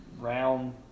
round